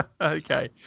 Okay